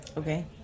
Okay